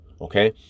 Okay